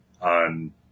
on